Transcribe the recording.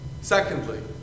Secondly